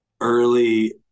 early